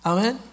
Amen